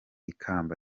ikamba